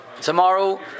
Tomorrow